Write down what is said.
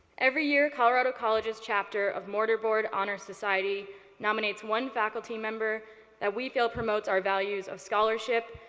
every year colorado college's chapter of mortar board honor society nominates one faculty member that we feel promotes our values of scholarship,